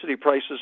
prices